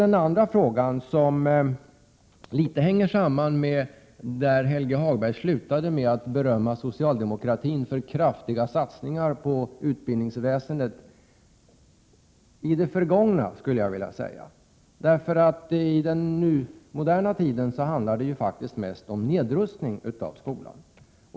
En andra fråga anknyter litet grand till det beröm som Helge Hagberg avslutningsvis gav åt socialdemokratin för kraftiga satsningar på utbildningsväsendet. Jag skulle vilja säga att han talar om det förgångna. I den moderna tiden handlar det faktiskt mest om en nedrustning av skolan.